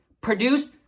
produce